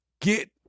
get